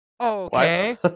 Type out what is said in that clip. Okay